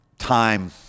time